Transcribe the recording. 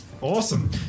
Awesome